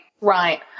Right